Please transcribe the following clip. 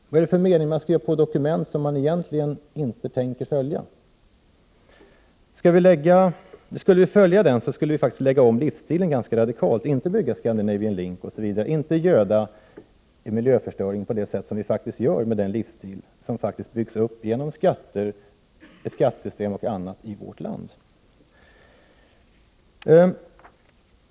Vad är det för mening med att skriva på dokument som man egentligen inte tänker följa? Skulle vi följa deklarationen, skulle vi faktiskt få lägga om livsstilen ganska radikalt och inte bygga Scandinavian Link osv. och inte göda miljöförstöringen som vi nu gör med den livsstil som byggs upp genom skattesystem och annat i vårt land.